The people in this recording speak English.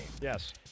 Yes